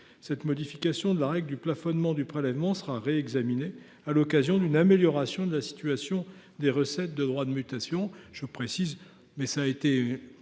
Cette modification de la règle du plafonnement du prélèvement sera réexaminée à l’occasion d’une amélioration de la situation des recettes de DMTO. Les